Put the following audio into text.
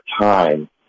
time